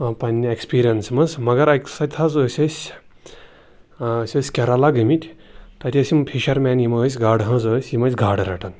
پنٛنہِ اٮ۪کسپیٖریَنسہِ منٛز مگر اَکہِ ساتہٕ حظ ٲسۍ أسۍ أسۍ ٲسۍ کیرَلا گٔمٕتۍ تَتہِ ٲسۍ یِم فِشَرمین یِم ٲسۍ گاڈٕ ہٲنٛز ٲسۍ یِم ٲسۍ گاڈٕ رَٹان